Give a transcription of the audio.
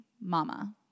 mama